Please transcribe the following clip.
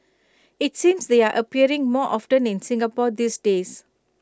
IT seems they're appearing more often in Singapore these days